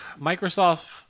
Microsoft